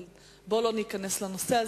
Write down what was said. אבל בואו לא ניכנס לנושא הזה.